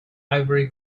ivory